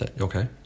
Okay